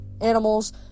animals